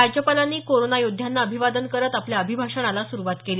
राज्यपालांनी कोरोना योद्ध्यांना अभिवादन करत आपल्या अभिभाषणाला सुरुवात केली